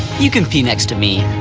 you can peanut to me.